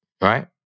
Right